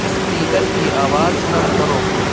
speaker کی آواز کم کرو